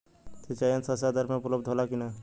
सिंचाई यंत्र सस्ता दर में उपलब्ध होला कि न?